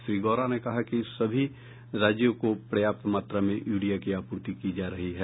श्री गौड़ा ने कहा कि सभी राज्यों को पर्याप्त मात्रा में यूरिया की आपूर्ति की जा रही है